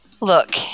Look